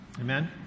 Amen